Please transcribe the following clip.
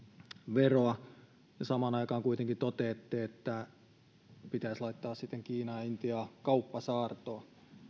tätä polttoaineveroa samaan aikaan kuitenkin toteatte että pitäisi laittaa sitten kiinaa ja intiaa kauppasaartoon